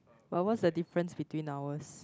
but what's the difference between ours